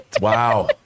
Wow